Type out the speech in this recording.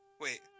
Wait